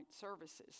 services